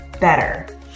better